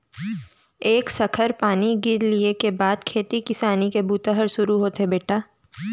एक सखर पानी गिर लिये के बाद खेती किसानी के बूता ह सुरू होथे बेटा